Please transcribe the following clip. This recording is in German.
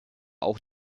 auch